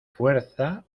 fuerza